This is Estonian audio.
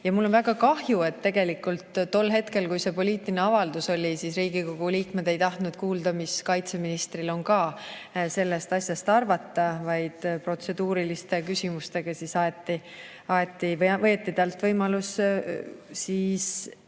on. Mul on väga kahju, et tegelikult tol hetkel, kui see poliitiline avaldus oli, Riigikogu liikmed ei tahtnud kuulda, mis kaitseministril on sellest asjast arvata. Protseduuriliste küsimustega võeti talt võimalus rääkida.